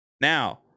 Now